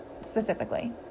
specifically